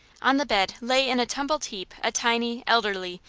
on the bed lay in a tumbled heap a tiny, elderly,